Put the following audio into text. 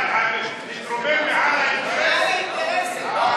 נתרומם מעל האינטרסים.